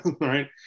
Right